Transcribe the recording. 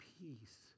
peace